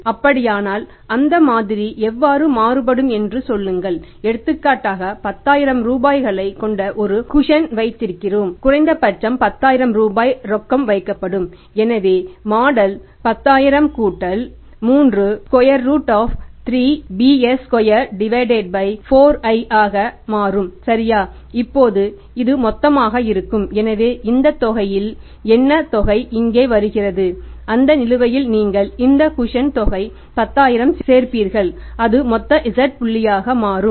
அப்படியானால் அந்த மாதிரி எவ்வாறு மாற்றப்படும் என்று சொல்லுங்கள் எடுத்துக்காட்டாக 10000 ரூபாய்களைக் கொண்ட ஒரு குஷன் தொகை10000 சேர்ப்பீர்கள் அது மொத்த z புள்ளியாக மாறும்